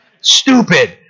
Stupid